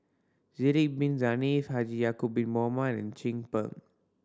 Sidek Bin Saniff Haji Ya'acob Bin Mohamed Chin Peng